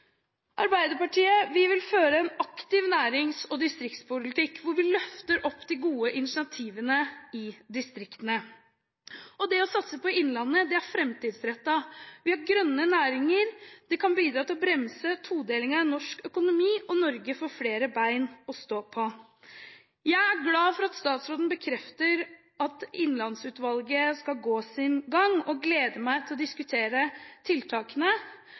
vil føre en aktiv nærings- og distriktspolitikk, hvor vi løfter opp de gode initiativene i distriktene. Det å satse på innlandet er framtidsrettet. Vi har grønne næringer. Det kan bidra til å bremse todelingen i norsk økonomi, og Norge får flere bein å stå på. Jeg er glad for at statsråden bekrefter at Innlandsutvalget skal gå sin gang, og jeg gleder meg til å diskutere tiltakene.